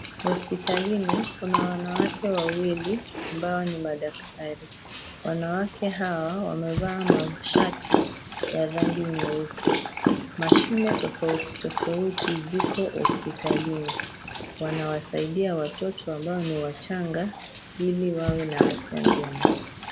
Hospitalini kuna wanawake wawili ambao ni madaktari, wanawake hawa wamevaa mashati ya rangi nyeupe. Mashine tofauti tofauti ziko hospitalini. Wanawasaidia watoto ambao ni wachanga ili wawe na afya njema.